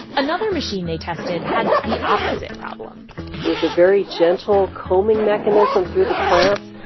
another machine they tested had the opposite problem it was a very gentle combing mechanism through the plants,